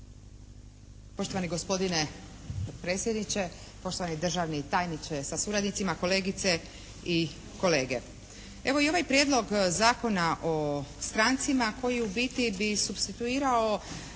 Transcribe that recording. Poštovani gospodine potpredsjedniče, poštovani državni tajniče sa suradnicima, kolegice i kolege! Evo, i ovaj Prijedlog zakona o strancima koji u biti bi supstituirao